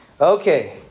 Okay